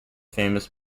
famous